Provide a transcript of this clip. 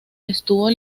estuvo